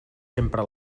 sempre